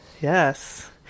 Yes